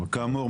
כאמור,